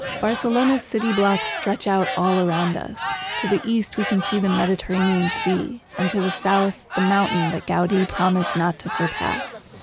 barcelona's city blocks stretch out all around us. to the east, we can see the mediterranean sea and to the south, the mountain that gaudi promised not to surpass.